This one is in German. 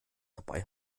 dabei